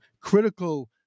critical